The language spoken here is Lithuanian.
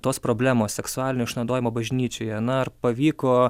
tos problemos seksualinio išnaudojimo bažnyčioje na ar pavyko